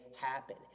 happen